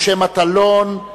משה מטלון,